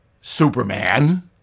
Superman